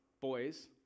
boys